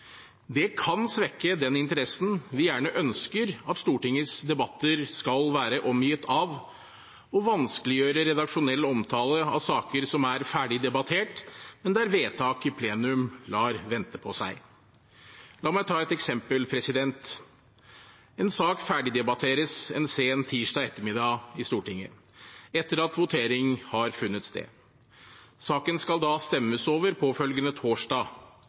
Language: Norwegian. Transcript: Det kan svekke den interessen vi gjerne ønsker at Stortingets debatter skal være omgitt av, og vanskeliggjøre redaksjonell omtale av saker som er ferdig debattert, men der vedtak i plenum lar vente på seg. La meg ta et eksempel: En sak debatteres ferdig en sen tirsdag ettermiddag i Stortinget, etter at votering har funnet sted. Saken skal da stemmes over påfølgende torsdag.